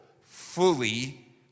fully